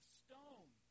stone